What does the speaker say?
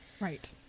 Right